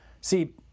see